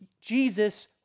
Jesus